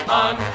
on